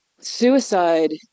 suicide